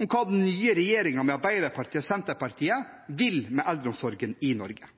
om hva den nye regjeringen med Arbeiderpartiet og Senterpartiet